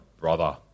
brother